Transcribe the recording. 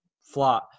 flat